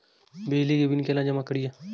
बिजली के बिल केना जमा करिए?